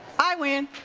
i win!